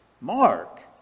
Mark